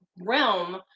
realm